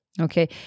Okay